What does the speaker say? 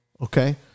okay